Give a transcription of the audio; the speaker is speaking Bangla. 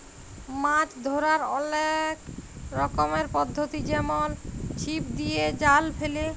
মাছ ধ্যরার অলেক রকমের পদ্ধতি যেমল ছিপ দিয়ে, জাল ফেলে